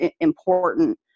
important